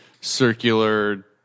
circular